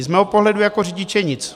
Z mého pohledu jako řidiče nic.